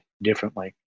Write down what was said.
differently